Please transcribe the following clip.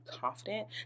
confident